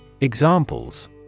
Examples